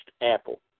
apple